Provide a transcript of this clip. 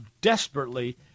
desperately